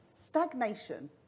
Stagnation